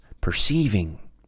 perceiving